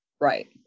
Right